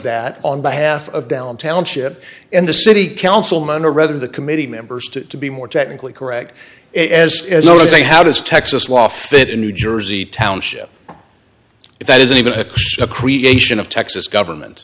that on behalf of downtown chip and the city councilman or rather the committee members to be more technically correct as though to say how does texas law fit in new jersey township if that isn't even a creation of texas government